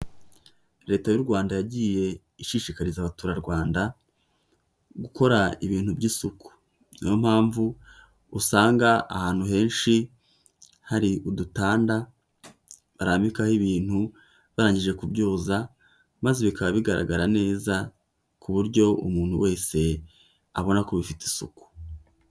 Leta y'u Rwanda yagiye ishishikariza abaturarwanda gukora ibintu by'isuku, niyo mpamvu usanga ahantu henshi hari udutanda barambikaho ibintu barangije kubyoza, maze bikaba bigaragara neza ku buryo umuntu wese abona ko bifite isuku.